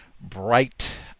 bright